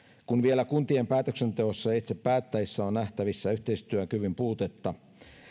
kun vielä kuntien päätöksenteossa ja itse päättäjissä on nähtävissä yhteistyökyvyn puutetta